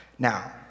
Now